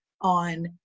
on